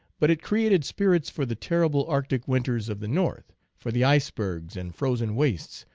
but it created spirits for the terrible arctic winters of the north, for the icebergs and frozen wastes,